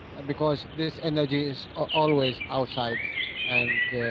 and because this energy is always outside and.